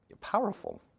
powerful